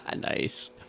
Nice